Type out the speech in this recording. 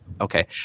Okay